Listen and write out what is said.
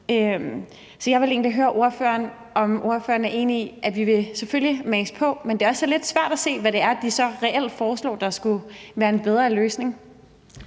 Så jeg vil egentlig høre ordføreren, om ordføreren er enig i, at vi selvfølgelig vil mase på, men at det også er lidt svært at se, hvad det er, de så reelt foreslår skulle være en bedre løsning.